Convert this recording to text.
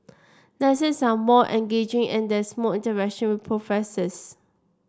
lessons are more engaging and there's more interaction with professors